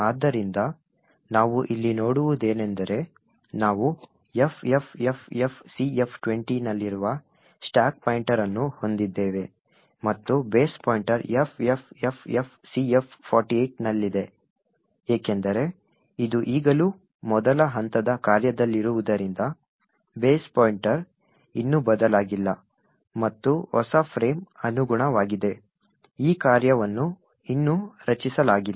ಆದ್ದರಿಂದ ನಾವು ಇಲ್ಲಿ ನೋಡುವುದೇನೆಂದರೆ ನಾವು FFFFCF20 ನಲ್ಲಿರುವ ಸ್ಟಾಕ್ ಪಾಯಿಂಟರ್ ಅನ್ನು ಹೊಂದಿದ್ದೇವೆ ಮತ್ತು ಬೇಸ್ ಪಾಯಿಂಟರ್ FFFFCF48 ನಲ್ಲಿದೆ ಏಕೆಂದರೆ ಇದು ಈಗಲೂ ಮೊದಲ ಹಂತದ ಕಾರ್ಯದಲ್ಲಿರುವುದರಿಂದ ಬೇಸ್ ಪಾಯಿಂಟರ್ ಇನ್ನೂ ಬದಲಾಗಿಲ್ಲ ಮತ್ತು ಹೊಸ ಫ್ರೇಮ್ ಅನುಗುಣವಾಗಿದೆ ಈ ಕಾರ್ಯವನ್ನು ಇನ್ನೂ ರಚಿಸಲಾಗಿಲ್ಲ